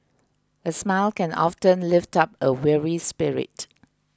a smile can often lift up a weary spirit